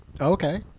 Okay